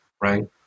Right